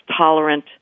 tolerant